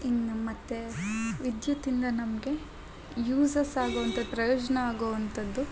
ಇನ್ನು ಮತ್ತು ವಿದ್ಯುತಿಂದ ನಮಗೆ ಯೂಸಸ್ ಆಗುವಂಥ ಪ್ರಯೋಜನ ಆಗುವಂಥದ್ದು